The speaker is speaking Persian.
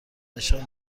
نشان